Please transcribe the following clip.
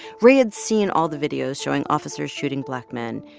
ray had seen all the videos showing officers shooting black men,